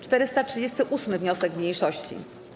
438. wniosek mniejszości.